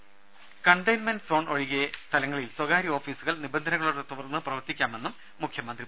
രുര containment zone ഒഴികെയുള്ള സ്ഥലങ്ങളിൽ സ്വകാര്യ ഓഫീസുകൾ നിബന്ധനകളോടെ തുറന്ന് പ്രവർത്തിക്കാമെന്ന് മുഖ്യമന്ത്രി പറഞ്ഞു